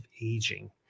aging